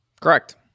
Correct